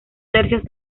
tercios